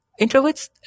introverts